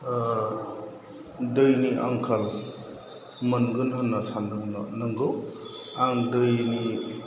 ओह दैनि आंखाल मोनगोन होन्ना सानदोंमोन आं नंगौ आं दैनि